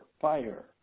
fire